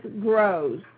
grows